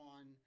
on